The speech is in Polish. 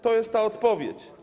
To jest ta odpowiedź.